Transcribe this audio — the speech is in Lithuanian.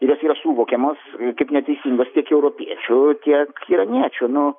ir jos yra suvokiamos kaip neteisingos tiek europiečių tiek iraniečių nu